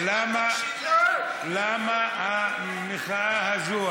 למה המחאה הזאת?